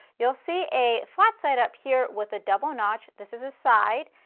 you'll see a flat side up here with a double notch this is a side,